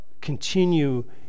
continue